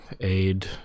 aid